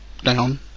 down